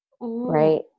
Right